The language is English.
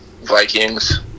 Vikings